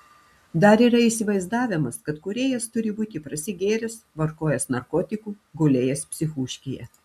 dar yra įsivaizdavimas kad kūrėjas turi būti prasigėręs vartojęs narkotikų gulėjęs psichūškėje